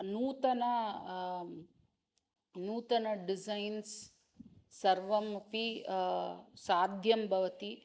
नूतनं नूतनं डिज़ैन्स् सर्वमपि साध्यं भवति